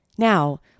Now